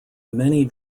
many